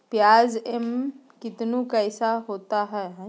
प्याज एम कितनु कैसा होता है?